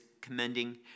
commending